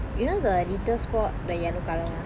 you know the little spots the yellow colour one